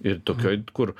ir tokioj kur